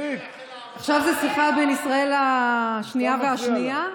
עכשיו זה שיחה בין ישראל השנייה והשנייה,